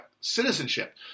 citizenship